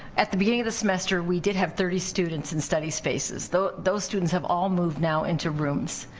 at the beginning of the semester we did have thirty students in study spaces. those those students have all moved now into rooms.